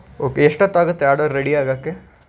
okay ಎಷ್ಟೊತ್ತಾಗುತ್ತೆ order ready ಆಗಕ್ಕೆ